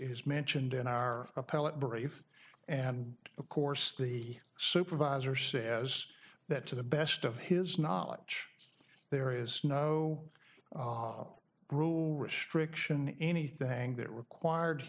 is mentioned in our appellate brief and of course the supervisor says that to the best of his knowledge there is no rule restriction anything that required